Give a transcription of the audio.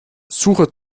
suche